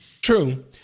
true